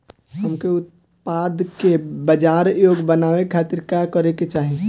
हमके उत्पाद के बाजार योग्य बनावे खातिर का करे के चाहीं?